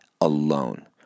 alone